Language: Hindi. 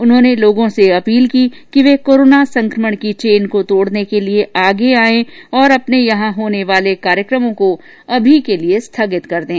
उन्होंने लोगों से अपील की कि वे कोरोना संकमण की चैन को तोड़ने के लिए आगे आए और अपने यहां होने वाले कार्यक्रमों को अभी के लिये स्थगित कर दें